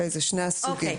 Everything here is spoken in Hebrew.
אלה שני הסוגים.